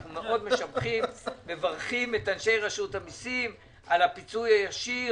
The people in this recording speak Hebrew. אנחנו מברכים את אנשי רשות המיסים על הפיצוי הישיר,